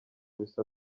bisa